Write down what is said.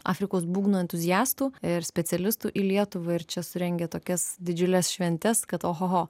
afrikos būgnų entuziastų ir specialistų į lietuvą ir čia surengia tokias didžiules šventes kad ohoho